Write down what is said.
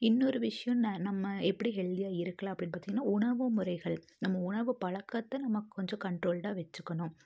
இன்னொரு விஷ்யம் ந நம்ம எப்படி ஹெல்தியாக இருக்கலாம் அப்படின்னு பார்த்திங்கனா உணவு முறைகள் நம்ம உணவு பழக்கத்தை நம்ம கொஞ்சம் கன்ட்ரோல்ட்டாக வச்சுக்கணும்